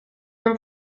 them